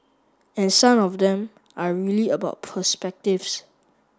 and some of them are really about perspectives